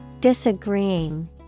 Disagreeing